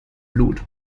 blut